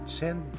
send